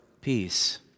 peace